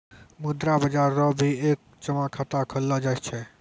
मुद्रा बाजार रो भी एक जमा खाता खोललो जाय छै